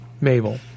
Mabel